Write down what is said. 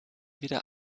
wieder